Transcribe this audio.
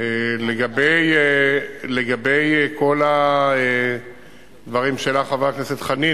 לגבי כל הדברים שהעלה חבר הכנסת חנין,